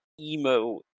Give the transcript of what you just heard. emo